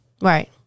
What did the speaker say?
Right